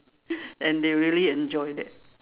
and they really enjoy that